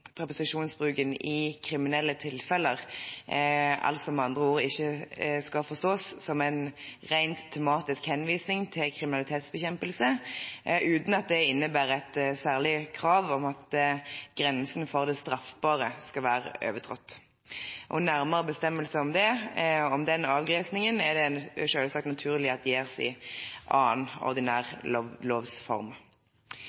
preposisjonsbruken «i kriminelle tilfeller» altså ikke skal forstås som en rent tematisk henvisning til kriminalitetsbekjempelse, uten at det innebærer et særlig krav om at grensen for det straffbare skal være overtrådt. Nærmere bestemmelser om den avgrensingen er det selvsagt naturlig at gis i annen, ordinær